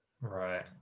Right